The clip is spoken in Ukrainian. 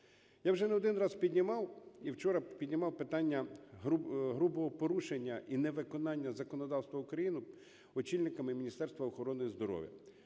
Я вже не один раз піднімав і вчора піднімав питання грубого порушення і невиконання законодавства України очільниками Міністерства охорони здоров'я.